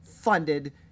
funded